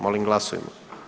Molim glasujmo.